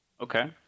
okay